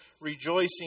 Rejoicing